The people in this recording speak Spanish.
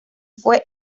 fue